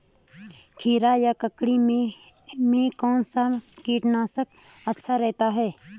खीरा या ककड़ी में कौन सा कीटनाशक अच्छा रहता है?